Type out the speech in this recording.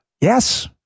Yes